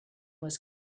was